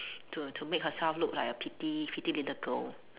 to to make herself look like a pity pity little girl